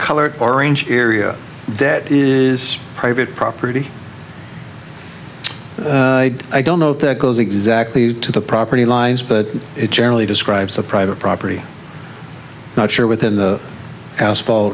color orange area that is private property i don't know if that goes exactly to the property lines but it generally describes a private property not sure within the asphalt